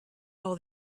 all